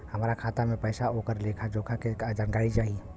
हमार खाता में पैसा ओकर लेखा जोखा के जानकारी चाही?